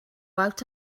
out